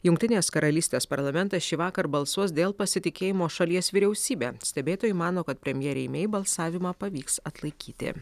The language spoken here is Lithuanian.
jungtinės karalystės parlamentas šįvakar balsuos dėl pasitikėjimo šalies vyriausybe stebėtojai mano kad premjerei mei balsavimą pavyks atlaikyti